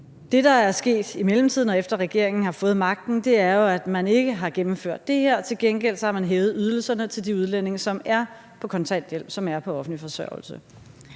Det, der er sket i mellemtiden, og efter at regeringen har fået magten, er jo, at man ikke har gennemført det her, og til gengæld har man hævet ydelserne til de udlændinge, som er på kontanthjælp, som er på offentlig forsørgelse.